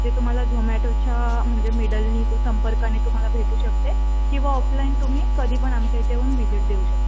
जे तुम्हाला झोमॅटोच्या म्हणजे मिडलने क संपर्काने तुम्हाला भेटू शकते किंवा ऑफलाईन तुम्ही कधी पण आमच्या इथे येऊन व्हिजिट देऊ शकता